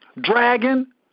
Dragon